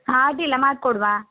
ಹಾಂ ಅಡ್ಡಿಯಿಲ್ಲ ಮಾಡ್ಕೊಡುವ